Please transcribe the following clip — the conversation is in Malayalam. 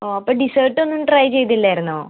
ഓ അപ്പോൾ ഡിസേർട്ടൊന്നും ട്രൈ ചെയ്തില്ലായിരുന്നോ